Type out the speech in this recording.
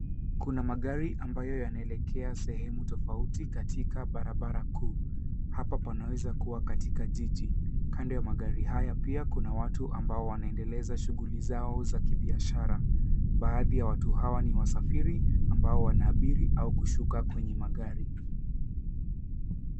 Kuna magari ambayo yanaelekea sehemu tofauti katika barabara kuu. Hapa panaweza kuwa katika jiji. Kando ya magari haya pia, kuna watu ambao wanaendeleza shughuli zao za kibiashara. Baadhi ya watu hawa ni wasafiri ambao wanaabiri au kushuka kwenye magari.